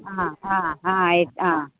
आं आं आं एक आं